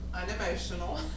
Unemotional